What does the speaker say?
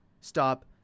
stop